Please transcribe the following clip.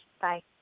Bye